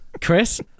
Chris